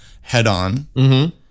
head-on